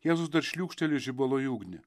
jėzus dar šliūkšteli žibalo į ugnį